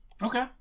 Okay